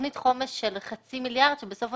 תוכנית חומש של חצי מיליארד שקלים שבסופו